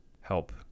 help